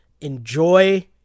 enjoy